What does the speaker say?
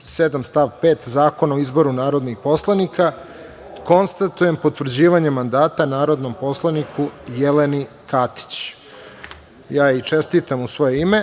5. Zakona o izboru narodnih poslanika, konstatujem potvrđivanje mandata narodnom poslaniku Jeleni Katić. Čestitam joj u svoje ime.